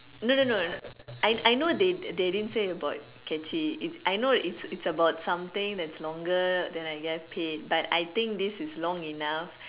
no no no I I know they they didn't say about catchy I know it's it's about something that's longer then I just paid but I think this is long enough